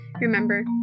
Remember